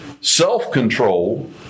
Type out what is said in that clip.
self-control